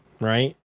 right